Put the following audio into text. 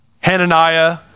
Hananiah